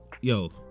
Yo